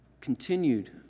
continued